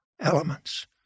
elements